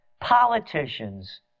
Politicians